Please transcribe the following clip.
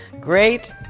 great